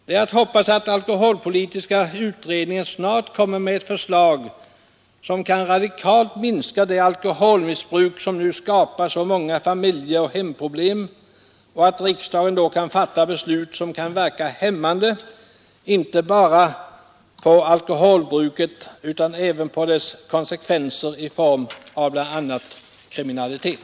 Det är att hoppas att alkoholpolitiska utredningen snart kommer med ett förslag som radikalt minskar det alkoholmissbruk som nu skapar så många familjeoch hemproblem och att riksdagen kommer att fatta beslut som kan verka hämmande inte bara på alkoholbruket utan även på dess konsekvenser i form av bl.a. kriminalitet.